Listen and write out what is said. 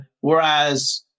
whereas